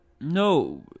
No